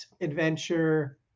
adventure